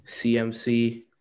CMC